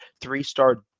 three-star